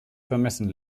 vermessen